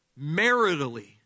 maritally